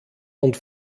und